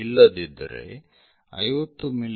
ಇಲ್ಲದಿದ್ದರೆ 50 ಮಿ